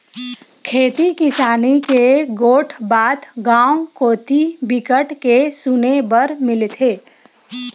खेती किसानी के गोठ बात गाँव कोती बिकट के सुने बर मिलथे